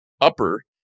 upper